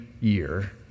year